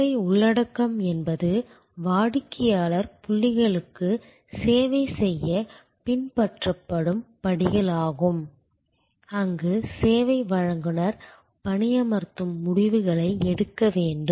சேவை உள்ளடக்கம் என்பது வாடிக்கையாளர் புள்ளிகளுக்கு சேவை செய்ய பின்பற்றப்படும் படிகள் ஆகும் அங்கு சேவை வழங்குநர் பணியமர்த்தும் முடிவுகளை எடுக்க வேண்டும்